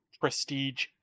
Prestige